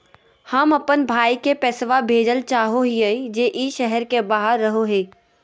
हम अप्पन भाई के पैसवा भेजल चाहो हिअइ जे ई शहर के बाहर रहो है